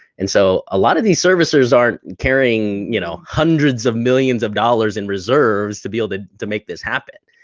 and so a lot of these servicers aren't carrying you know hundreds of millions of dollars in reserves to be able to to make this happen.